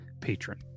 patron